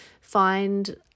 find